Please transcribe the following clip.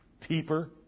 peeper